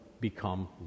become